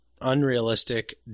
unrealistic